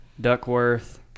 Duckworth